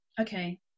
Okay